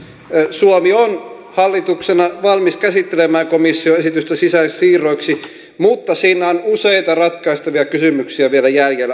suomi on hallituksena valmis käsittelemään komission esitystä sisäisiksi siirroiksi mutta siinä on useita ratkaistavia kysymyksiä vielä jäljellä